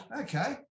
okay